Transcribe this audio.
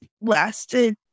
lasted